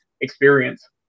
experience